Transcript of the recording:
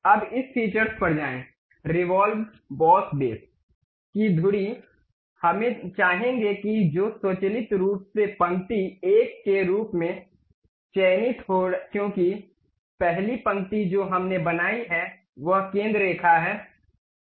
अब इस फीचर्स पर जाएं रेवॉल्व बॉस बेस की धुरी हम चाहेंगे कि जो स्वचालित रूप से पंक्ति 1 के रूप में चयनित हो क्योंकि पहली पंक्ति जो हमने बनाई है वह केंद्र रेखा है